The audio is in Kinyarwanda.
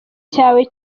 cyawe